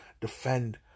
defend